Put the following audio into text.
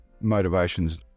Motivation's